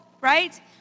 right